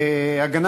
הביטחון?